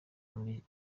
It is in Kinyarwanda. muri